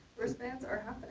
wristbands are